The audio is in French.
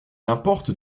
importe